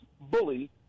Bully